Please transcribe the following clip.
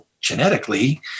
genetically